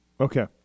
Okay